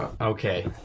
okay